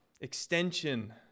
extension